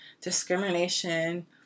discrimination